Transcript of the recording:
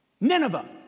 Nineveh